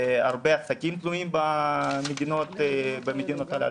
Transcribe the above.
הרבה עסקים תלויים במדינות הללו.